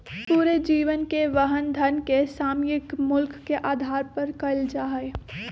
पूरे जीवन के वहन धन के सामयिक मूल्य के आधार पर कइल जा हई